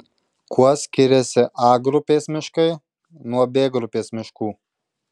kuo skiriasi a grupės miškai nuo b grupės miškų